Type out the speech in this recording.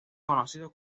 conocido